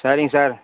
சரிங் சார்